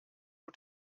die